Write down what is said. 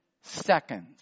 seconds